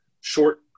short